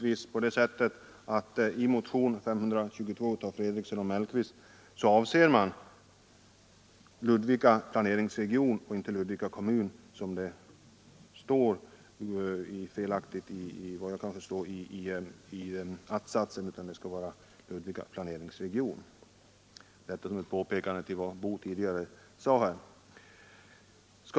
I motionen 522 av herr Fredriksson och herr Mellqvist avser man naturligtvis Ludvika planeringsregion och inte Ludvika kommun som det står, felaktigt efter vad jag kan förstå, i att-satsen. Detta som ett påpekande till vad herr Boo sade här före middagspausen.